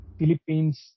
Philippines